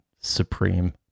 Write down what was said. supreme